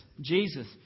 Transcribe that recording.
Jesus